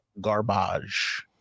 garbage